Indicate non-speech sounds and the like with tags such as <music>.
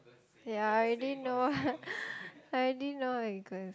ya I already know <noise> I already know what you gonna